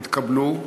התקבלו,